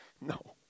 No